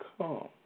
come